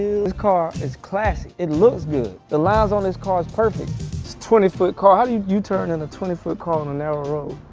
this car is classy, it looks good. the lines on this car is perfect. it's a twenty foot car, how do you you u-turn in a twenty foot car on a narrow road?